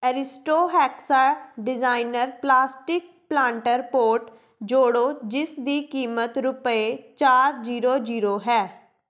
Aristo hexa designer plastic planter pot ਜੋੜੋ ਜਿਸ ਦੀ ਕੀਮਤ ਰੁਪਏ ਚਾਰ ਜ਼ੀਰੋ ਜ਼ੀਰੋ ਹੈ